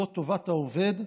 זו טובת העובד,